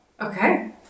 Okay